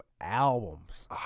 albums